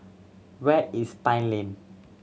where is Pine Lane